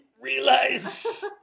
realize